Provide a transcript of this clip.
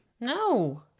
No